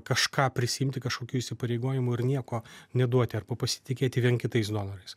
kažką prisiimti kažkokių įsipareigojimų ir nieko neduoti arba pasitikėti vien kitais donorais